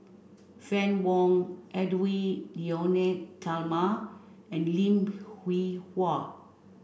Fann Wong Edwy Lyonet Talma and Lim Hwee Hua